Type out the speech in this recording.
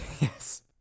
yes